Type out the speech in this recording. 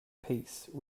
piece